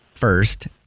First